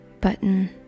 button